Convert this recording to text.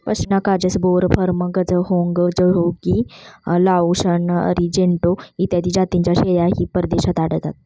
पश्मिना काजस, बोर, फर्म, गझहोंग, जयोगी, लाओशन, अरिजेंटो इत्यादी जातींच्या शेळ्याही परदेशात आढळतात